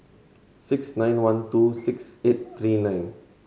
six nine one two six eight three nine